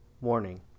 Warning